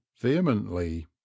vehemently